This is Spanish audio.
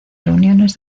reuniones